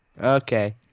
Okay